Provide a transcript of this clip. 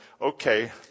okay